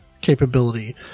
capability